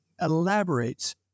elaborates